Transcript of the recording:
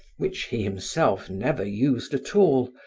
which he himself never used at all,